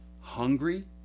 hungry